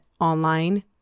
online